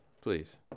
Please